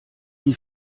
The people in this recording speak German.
die